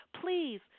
please